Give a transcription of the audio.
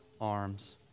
arms